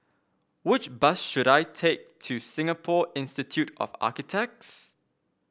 which bus should I take to Singapore Institute of Architects